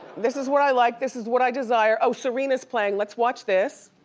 this is what i like, this is what i desire. oh, serena's playing, let's watch this.